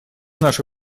наши